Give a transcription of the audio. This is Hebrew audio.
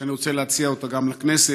ואני רוצה להציע אותה גם לכנסת.